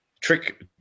Trick